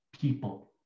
people